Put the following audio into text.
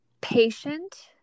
Patient